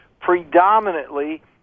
predominantly